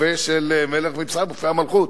הרופא של מלך מצרים, רופא המלכות.